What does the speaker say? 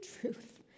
truth